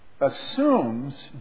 assumes